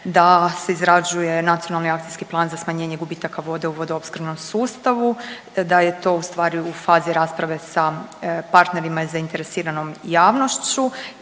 da se izrađuje nacionalni akcijski plan za smanjenje gubitaka vode u vodoopskrbnom sustavu, da je to ustvari u fazi rasprave sa partnerima i zainteresiranom javnošću